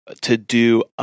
to-do